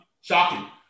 shocking